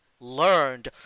learned